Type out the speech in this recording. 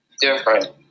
different